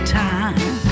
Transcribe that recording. time